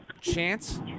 chance